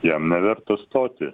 jam neverta stoti